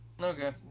Okay